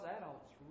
adults